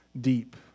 Deep